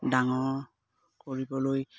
ডাঙৰ কৰিবলৈ